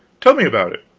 tell me about it.